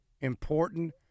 important